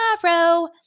tomorrow